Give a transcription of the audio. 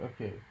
okay